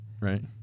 right